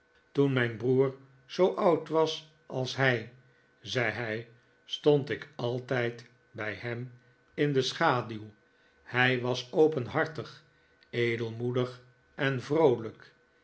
toen mijn broer zoo oud was als hij zei hij stond ik altijd bij hem in de schaduw h ij was openhartig edelmoedig en vroolijk